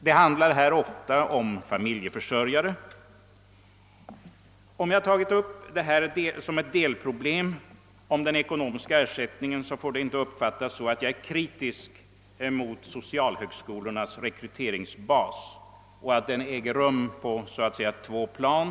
Dessa personer är ofta familjeförsörjare. Att jag tagit upp detta med den ekonomiska ersättningen som ett delproplem får inte uppfattas på det sättet att jag är kritisk mot att socialhögskolornas rekryteringsbas har så att säga två plan.